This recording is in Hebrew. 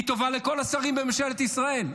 היא טובה לכל השרים בממשלת ישראל.